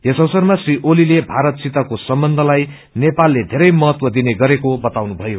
यस अवसरमा श्री ओलीले भारत सितको सम्बन्धलाई नेपालते वेरै महतव दिने गरेको बताउनु भयो